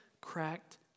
cracked